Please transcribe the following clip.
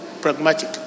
pragmatic